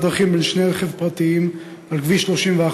דרכים בין שני רכבים פרטיים על כביש 31,